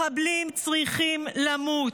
מחבלים צריכים למות.